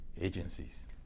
agencies